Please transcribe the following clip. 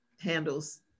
handles